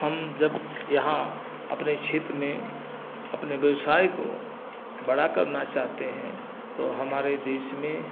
हम जब यहाँ अपने क्षेत्र में अपने व्यवसाय को बड़ा करना चाहते हैं तो हमारे देश में